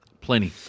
Plenty